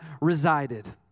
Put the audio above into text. resided